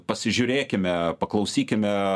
pasižiūrėkime paklausykime